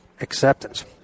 acceptance